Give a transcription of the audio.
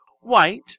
white